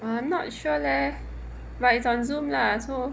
I'm not sure leh but it's on zoom lah so